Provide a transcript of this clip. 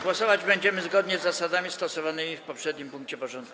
Głosować będziemy zgodnie z zasadami stosowanymi w poprzednim punkcie porządku.